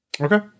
Okay